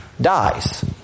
dies